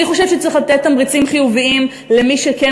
אני חושבת שצריך לתת תמריצים חיוביים למי שכן